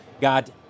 got